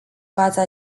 fața